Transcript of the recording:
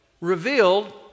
revealed